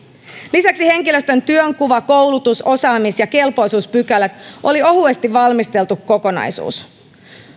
lisäksi henkilöstön työnkuva koulutus osaamis ja kelpoisuuspykälät olivat ohuesti valmisteltu kokonaisuus